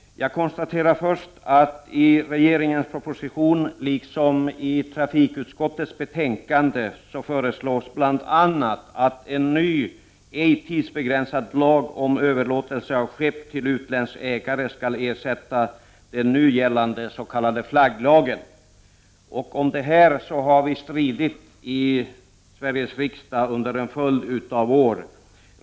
Jag konstaterar först att i regeringens proposition liksom i trafikutskottets betänkande föreslås bl.a. att en ny, ej tidsbegränsad lag om överlåtelse av skepp till utländsk ägare skall ersätta den nu gällande s.k. flagglagen. Om detta har vi stridit i Sveriges riksdag under en följd av år.